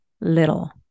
little